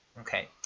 Okay